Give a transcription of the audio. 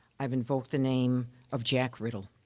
i've invoked the name of jack ridl.